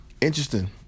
Interesting